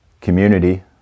community